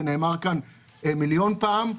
זה נאמר כאן מיליון פעמים,